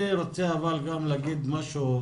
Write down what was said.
אני רוצה להגיד משהו,